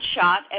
shot